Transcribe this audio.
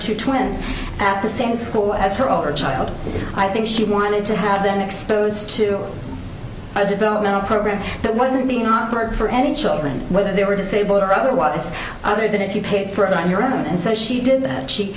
two twins at the same school as her over child i think she wanted to have them exposed to a developmental program that wasn't being offered for any children whether they were disabled or otherwise other than if you paid for it on your own and so she did she she